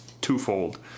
twofold